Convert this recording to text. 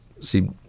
see